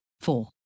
four